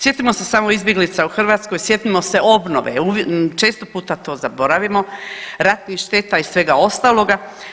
Sjetimo se samo izbjeglica u Hrvatskoj, sjetimo se obnove često puta to zaboravimo, ratnih šteta i svega ostaloga.